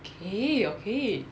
okay okay